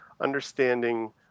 understanding